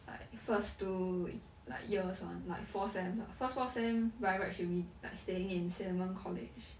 like first two like years ah like four sems lah first four sem by right should be like staying in cinnamon college